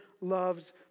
loves